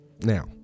Now